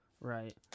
right